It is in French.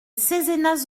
césénas